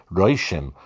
roishim